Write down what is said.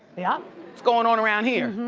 yeah what's goin' on around here?